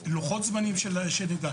עיר גדולה בישראל,